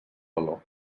valor